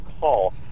call